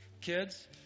kids